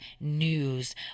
news